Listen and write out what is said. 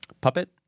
Puppet